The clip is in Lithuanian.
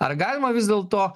ar galima vis dėlto